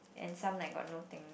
and some like got no thing